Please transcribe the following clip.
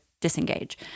disengage